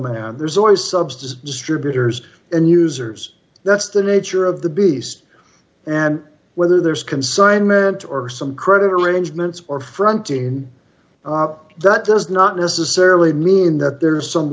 man there's always substance distributors and users that's the nature of the beast and whether there's consignment or some credit arrangements or fronting up that does not necessarily mean that there is some